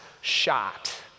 shot